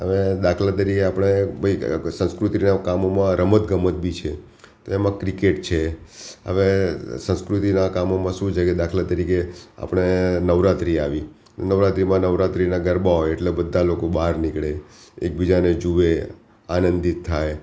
હવે દાખલા તરીકે આપણે ભાઈ સંસ્કૃતિના કામોમાં રમત ગમત બી છે તો એમાં ક્રિકેટ છે હવે સંસ્કૃતિનાં કામોમાં શું છે કે દાખલા તરીકે આપણે નવરાત્રી આવી નવરાત્રીમાં નવરાત્રીના ગરબા હોય એટલે બધા લોકો બહાર નીકળે એકબીજાને જુએ આનંદિત થાય